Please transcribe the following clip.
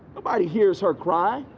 nobody hears her cry.